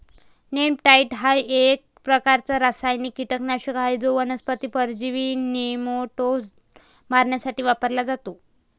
नेमॅटाइड हा एक प्रकारचा रासायनिक कीटकनाशक आहे जो वनस्पती परजीवी नेमाटोड्स मारण्यासाठी वापरला जातो